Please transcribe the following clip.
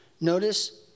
Notice